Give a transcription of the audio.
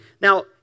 Now